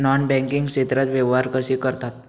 Non banking क्षेत्रात व्यवहार कसे करतात?